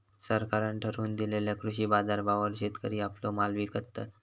सरकारान ठरवून दिलेल्या कृषी बाजारभावावर शेतकरी आपलो माल विकतत